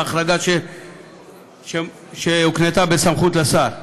בהחרגה שהוקנתה בסמכות לשר.